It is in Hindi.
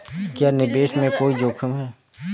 क्या निवेश में कोई जोखिम है?